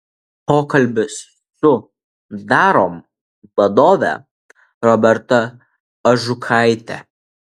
pokalbis su darom vadove roberta ažukaite